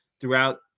throughout